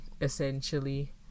essentially